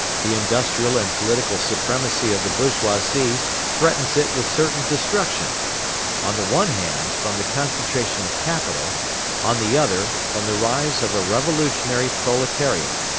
the industrial and political supremacy of the bourgeoisie threatens it with certain destruction on the one hand, from the concentration of capital on the other, from the rise of a revolutionary proletariat.